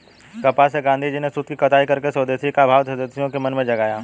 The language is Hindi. कपास से गाँधीजी ने सूत की कताई करके स्वदेशी का भाव देशवासियों के मन में जगाया